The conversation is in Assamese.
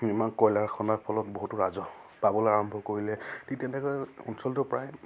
ইমান কয়লাৰ খন্দাৰ ফলত বহুতো ৰাজহ পাবলৈ আৰম্ভ কৰিলে ঠিক তেনেকৈ অঞ্চলটো প্ৰায়